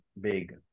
big